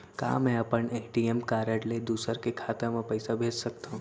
का मैं अपन ए.टी.एम कारड ले दूसर के खाता म पइसा भेज सकथव?